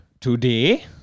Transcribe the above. today